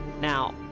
Now